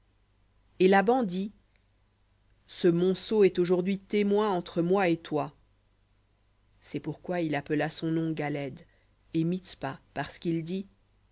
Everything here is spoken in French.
et laban dit ce monceau est aujourd'hui témoin entre moi et toi c'est pourquoi il appela son nom galhed et mitspa parce qu'il dit